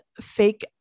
fake